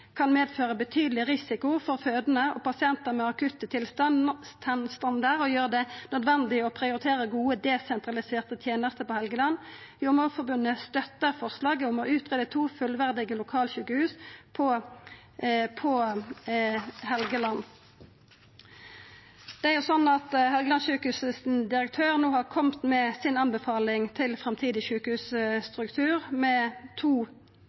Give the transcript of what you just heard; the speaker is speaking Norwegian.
kan medføra betydeleg risiko for fødande og pasientar med akutte tilstandar og gjera det nødvendig å prioritera gode desentraliserte tenester på Helgeland. Jordmorforbundet støtta forslaget om å utgreia to fullverdige lokalsjukehus på Helgeland. Helgelandssjukehusets direktør har no kome med si anbefaling til framtidig sjukehusstruktur, med to